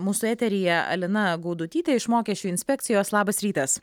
mūsų eteryje alina gaudutytė iš mokesčių inspekcijos labas rytas